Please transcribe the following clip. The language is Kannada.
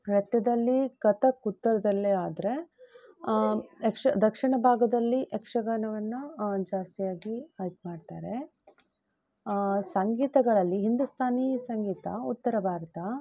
ನೃತ್ಯದಲ್ಲಿ ಕಥಕ್ ಉತ್ತರದಲ್ಲೇ ಆದರೆ ಯಕ್ಷ ದಕ್ಷಿಣ ಭಾಗದಲ್ಲಿ ಯಕ್ಷಗಾನವನ್ನು ಜಾಸ್ತಿಯಾಗಿ ಹೈಪ್ ಮಾಡ್ತಾರೆ ಸಂಗೀತಗಳಲ್ಲಿ ಹಿಂದೂಸ್ತಾನಿ ಸಂಗೀತ ಉತ್ತರ ಭಾರತ